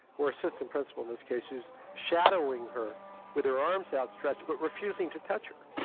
or assistant principal in this case, who's shadowing her with her arms outstretched but refusing to touch her,